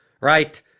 right